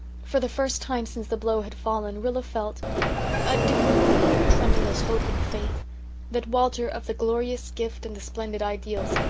for the first time since the blow had fallen rilla felt a different thing from tremulous hope and faith that walter, of the glorious gift and the splendid ideals,